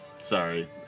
sorry